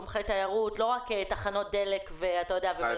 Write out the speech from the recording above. תומכי תיירות ולא רק תחנות דלק ומלונאות.